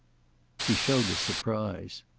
he showed his surprise.